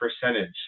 percentage